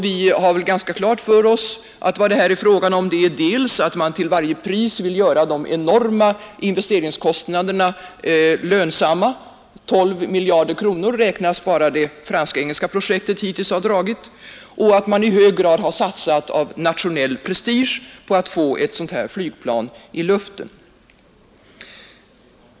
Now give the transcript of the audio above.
Vi har väl klart för oss vad motiven för detta är: dels att man till varje pris vill göra de enorma investeringarna lönsamma — 12 miljarder räknas bara det fransk-engelska projektet hittills ha dragit — dels att man satsat i nationell prestige på att få ett sådant här flygplan i luften.